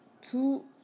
two